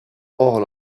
all